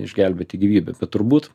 išgelbėti gyvybę bet turbūt